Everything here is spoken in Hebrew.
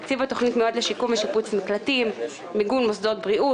התקציב בתוכנית נועד לשיקום ושיפוץ מקלטים; מיגון מוסדות בריאות,